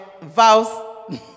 vows